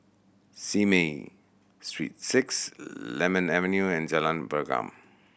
Simei Street Six Lemon Avenue and Jalan Pergam